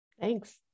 Thanks